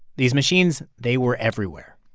these machines, they were everywhere.